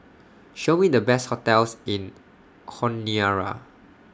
Show Me The Best hotels in Honiara